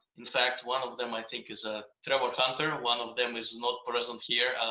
in fact, one of them i think, is ah trevor hunter. ah one of them is not present here,